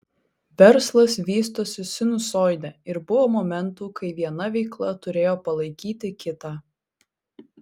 verslas vystosi sinusoide ir buvo momentų kai viena veikla turėjo palaikyti kitą